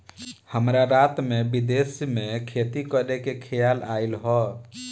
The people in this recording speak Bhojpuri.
हमरा रात में विदेश में खेती करे के खेआल आइल ह